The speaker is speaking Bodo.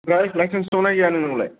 ओमफ्राय लाइसेन्स दंना गैया नोंनावलाय